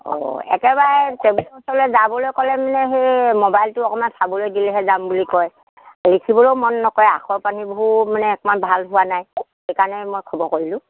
অঁ একেবাৰে টেবুলৰ ওচৰলৈ যাবলৈ ক'লে মানে সেই মোবাইলটো অকণমান চাবলৈ দিলেহে যাম বুলি কয় লিখিবলৈও মন নকৰে আখৰ পানীবোৰো মানে অকণমান ভাল হোৱা নাই সেইকাৰণে মই খবৰ কৰিলোঁ